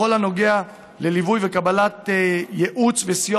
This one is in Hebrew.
בכל הנוגע לליווי וקבלת ייעוץ וסיוע